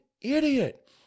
idiot